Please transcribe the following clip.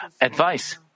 advice